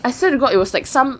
I swear to god it was like some